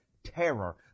terror